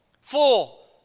Full